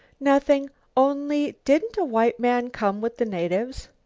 nothing only didn't a white man come with the natives?